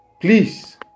Please